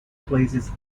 places